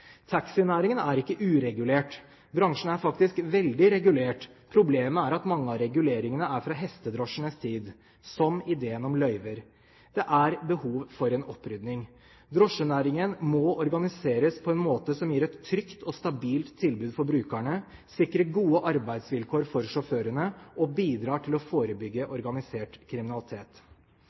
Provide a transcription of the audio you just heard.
Taxinæringen er ikke uregulert. Bransjen er faktisk veldig regulert. Problemet er at mange av reguleringene er fra hestedrosjenes tid, som ideen om løyver. Det er behov for en opprydding. Drosjenæringen må organiseres på en måte som gir et trygt og stabilt tilbud for brukerne, sikrer gode arbeidsvilkår for sjåførene, og bidrar til å forebygge organisert kriminalitet.